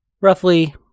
roughly